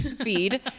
feed